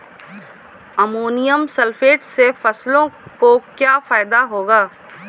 Ammonium sulphate से फसलों को क्या फायदा होगा?